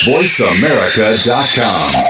VoiceAmerica.com